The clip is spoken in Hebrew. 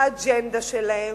האג'נדה שלהם,